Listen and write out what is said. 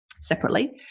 separately